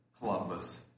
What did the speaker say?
Columbus